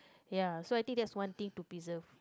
ya so I think that's one thing to preserve